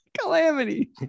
calamity